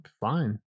fine